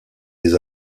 les